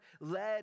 led